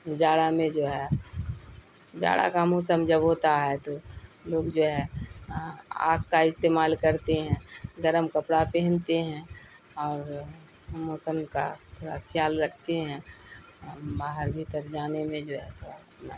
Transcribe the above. جاڑا میں جو ہے جاڑا کا موسم جب ہوتا ہے تو لوگ جو ہے آگ کا استعمال کرتے ہیں گرم کپڑا پہنتے ہیں اور موسم کا تھوڑا خیال رکھتے ہیں باہر بھیتر جانے میں جو ہے تھوڑا